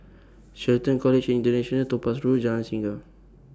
Shelton College International Topaz Road Jalan Singa